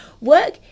Work